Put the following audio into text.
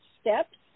steps